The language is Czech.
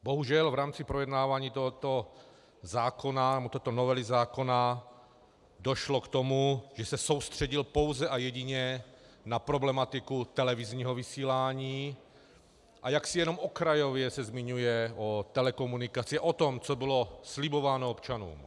Bohužel v rámci projednávání této novely zákona došlo k tomu, že se soustředil pouze a jedině na problematiku televizního vysílání a jaksi jenom okrajově se zmiňuje o telekomunikaci, o tom, co bylo slibováno občanům.